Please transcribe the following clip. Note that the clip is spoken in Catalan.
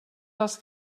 dels